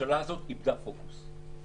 הממשלה הזאת איבדה פוקוס.